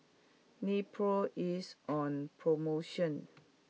Nepro is on promotion